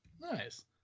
Nice